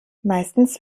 meistens